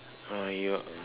oh you